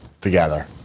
together